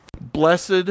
Blessed